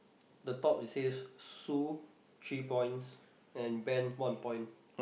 the top says Sue three points and Ben one point